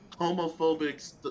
homophobic